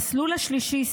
המסלול השלישי,